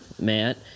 matt